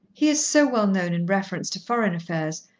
he is so well known in reference to foreign affairs,